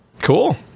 Cool